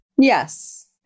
Yes